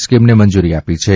સ્કીમને મંજુરી આપી છે